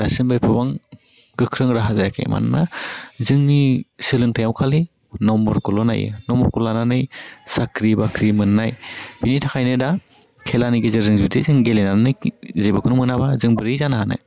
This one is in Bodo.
दासिम एफाबां गोख्रों राहा जायाखै मानोना जोंनि सोलोंथाइआव खालि नम्बरखौल' नायो नम्बरखौ लानानै साख्रि बाख्रि मोन्नाय बिनि थाखाइनो दा खेलानि गेजेरजों जुदि जों गेलेनानै जेबोखौनो मोनाबा जों बोरै जानो हानो